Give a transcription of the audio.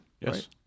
Yes